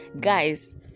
guys